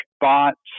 bots